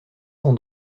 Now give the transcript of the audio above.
son